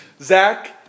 Zach